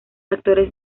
actores